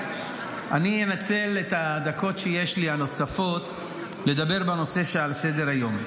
אני אנצל את הדקות הנוספות שיש לי לדבר בנושא שעל סדר-היום.